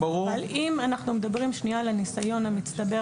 אבל אם אנחנו מדברים על הניסיון המצטבר